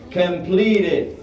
completed